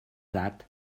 that